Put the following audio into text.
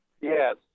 Yes